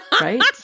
Right